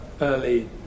early